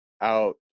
out